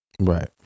Right